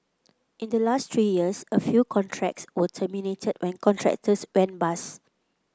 in the last three years a few contracts were terminated when contractors went bust